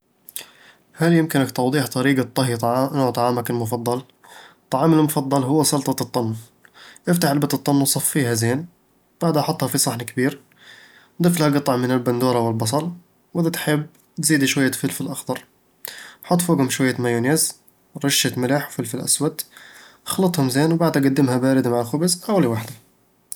هل يمكنك توضيح طريقة طهي طعا- نوع طعامك المفضل؟ طعامي المفضل هو سلطة الطن افتح علبة الطن وصفّيها زين، بعدها حطها في صحن كبير ضيف لها قطع من البندورة والبصل، وإذا تحب تزيد شوية فلفل أخضر حط فوقهم شوية مايونيز، ورشّة ملح وفلفل أسود اخلطهم زين وبعدها قدّمها باردة مع الخبز أو لوحدها